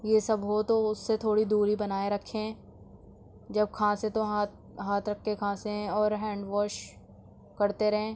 یہ سب ہو تو اس سے تھوڑی دوری بنائے رکھیں جب کھانسیں تو ہاتھ ہاتھ رکھ کے کھانسیں اور ہینڈ واش کرتے رہیں